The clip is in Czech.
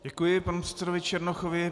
Děkuji panu předsedovi Černochovi.